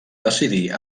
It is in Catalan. decidir